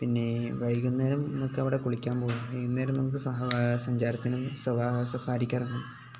പിന്നെ വൈകുന്നേരം നമുക്കവിടെ കുളിക്കാൻ പോകും വൈകുന്നേരം നമുക്ക് സഹ സഞ്ചാരത്തിനും സ്വാ സഫാരിക്കിറങ്ങും